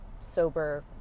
sober